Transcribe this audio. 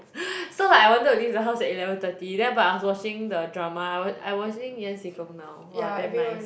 so like I wanted to leave the house at eleven thirty then but I was watching the drama I I watching yan-xi-gong now !wah! damn nice